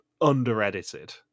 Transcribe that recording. under-edited